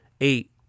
eight